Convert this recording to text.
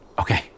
Okay